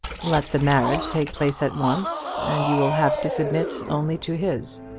let the marriage take place at once, and you will have to submit only to his.